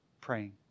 praying